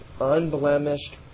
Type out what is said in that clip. unblemished